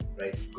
right